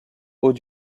haut